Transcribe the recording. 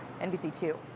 NBC2